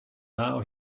now